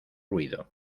ruido